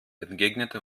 entgegnete